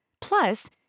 Plus